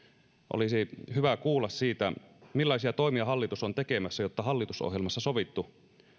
olisi hyvä kuulla siitä millaisia toimia hallitus on tekemässä jotta hallitusohjelmassa sovittu